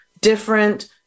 different